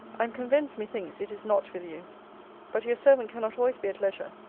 i am convinced, methinks, it is not with you but your servant cannot always be at leisure.